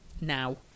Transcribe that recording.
now